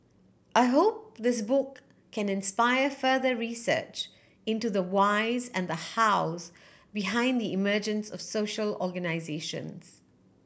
I hope this book can inspire further research into the whys and the hows behind the emergence of social organisations